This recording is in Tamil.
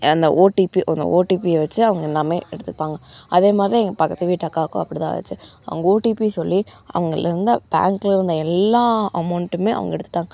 அந்த ஓடிபி வரும் ஓடிபியை வச்சு அவங்க எல்லாமே எடுத்துப்பாங்க அதேமாதிரிதான் எங்கள் பக்கத்து வீட்டு அக்காவுக்கும் அப்படிதான் ஆச்சு அவங்க ஓடிபி சொல்லி அவங்களேருந்து பேங்கில் இருந்த எல்லா அமௌண்ட்டுமே அவங்க எடுத்துகிட்டாங்க